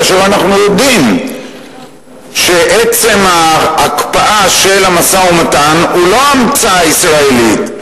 כאשר אנחנו יודעים שעצם ההקפאה של המשא-ומתן הוא לא המצאה ישראלית,